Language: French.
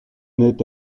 naît